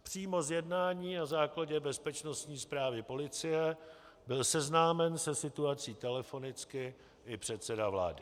Přímo z jednání na základě bezpečnostní zprávy policie byl seznámen se situací telefonicky i předseda vlády.